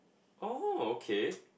oh okay